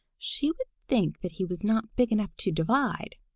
she would think that he was not big enough to divide.